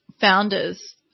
founders